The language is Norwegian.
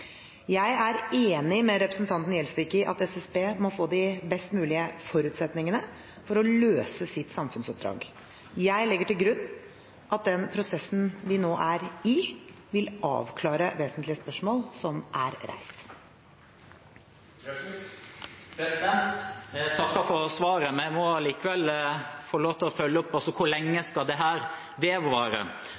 må få de best mulige forutsetningene for å løse sitt samfunnsoppdrag. Jeg legger til grunn at den prosessen vi nå er i, vil avklare vesentlige spørsmål som er reist. Jeg takker for svaret, men jeg må allikevel få lov til å følge opp: Hvor lenge skal dette vedvare? Skal Stortinget få melding om stadig nye teselskaper mellom statsråden og SSB-sjefen, eller vil det